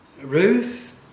Ruth